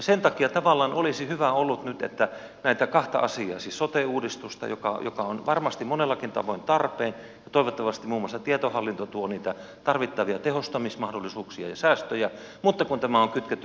sen takia tavallaan olisi hyvä ollut nyt että näitä kahta asiaa siis sote uudistusta joka on varmasti monellakin tavoin tarpeen ja toivottavasti muun muassa tietohallinto tuo niitä tarvittavia tehostamismahdollisuuksia ja säästöjä ja tätä kuntarakennetta ei olisi kytketty yhteen